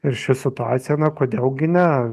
ir ši situacija na kodėl gi ne